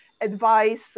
Advice